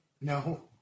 No